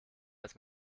als